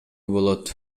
болот